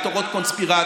עם תורות קונספירציה.